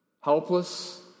Helpless